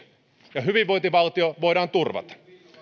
ja hyvinvointivaltio voidaan turvata